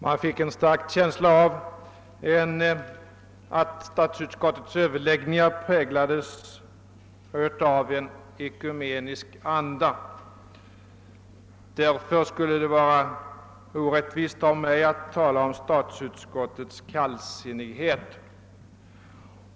Man fick en stark känsla av att statsutskottets överläggningar präglas av en ekumenisk anda; därför skulle det vara orättvist av mig att tala om statsutskottets kallsinnighet.